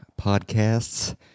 podcasts